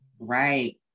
Right